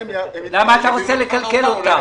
למה אתה רוצה לקלקל אותם?